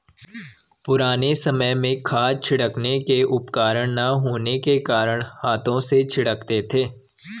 पुराने समय में खाद छिड़कने के उपकरण ना होने के कारण हाथों से छिड़कते थे